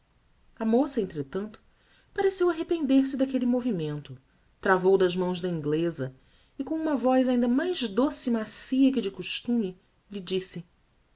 a moça entretanto pareceu arrepender-se daquelle movimento travou das mãos da ingleza e com uma voz ainda mais doce e macia que de costume lhe disse